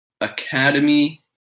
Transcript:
academy